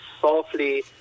softly